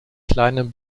kleinem